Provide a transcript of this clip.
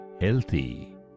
healthy